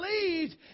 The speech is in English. believed